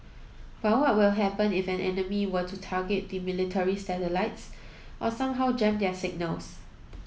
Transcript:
but what would happen if an enemy were to target the military's satellites or somehow jam their signals